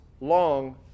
long